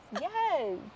Yes